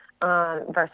versus